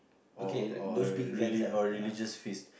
or or a reli~ a religious feast